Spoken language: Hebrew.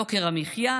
יוקר המחיה,